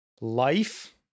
life